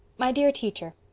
my dear teacher,